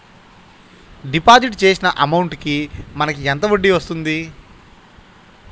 Deposit చేసిన amount కి మనకి ఎంత వడ్డీ వస్తుంది?